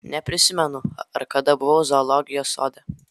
neprisimenu ar kada buvau zoologijos sode